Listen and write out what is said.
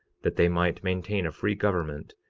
that they might maintain a free government,